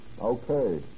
Okay